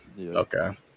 Okay